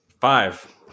Five